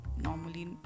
normally